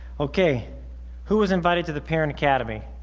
okay who was invited to the parent academy